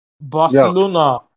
Barcelona